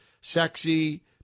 sexy